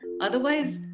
Otherwise